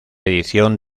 edición